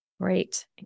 Great